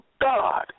God